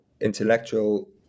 intellectual